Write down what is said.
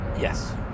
Yes